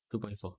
two point four